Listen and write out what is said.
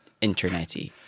internet-y